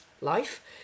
life